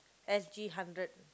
S_G hundred